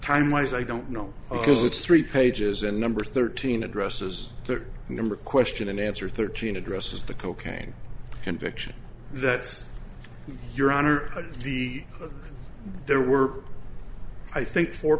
time wise i don't know because it's three pages and number thirteen addresses to a number question and answer thirteen addresses the cocaine conviction that your honor the there were i think four